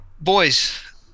Boys